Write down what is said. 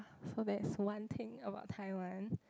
so that is one thing about Taiwan